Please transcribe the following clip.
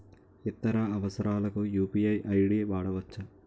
ఇతర అవసరాలకు UPI ID వాడవచ్చా?